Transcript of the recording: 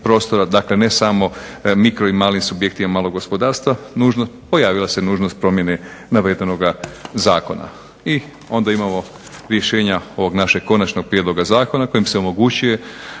prostora. Dakle, ne samo mikro i malim subjektima malog gospodarstva pojavila se nužnost promjene navedenoga zakona. I onda imamo rješenja ovog našeg Konačnog prijedloga zakona kojim se omogućuje